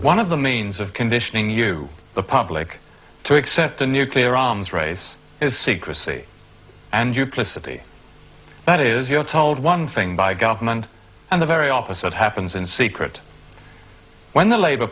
one of the means of conditioning you the public to accept the nuclear arms race is secrecy and you play city that is you're told one thing by government and the very opposite happens in secret when the labor